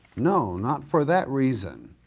no, not for that reason.